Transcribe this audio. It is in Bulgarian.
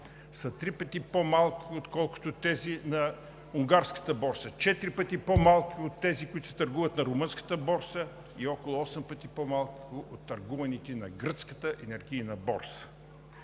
са три пъти по-малко, отколкото тези на Унгарската борса, четири пъти по-малко от тези, които се търгуват на Румънската борса, и около осем пъти по-малко от търгуваните на Гръцката енергийна борса.